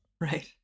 right